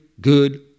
good